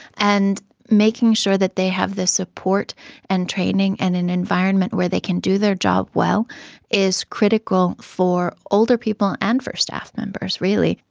and making sure that they have the support and training and an environment where they can do their job well is critical for older people and for staff members really.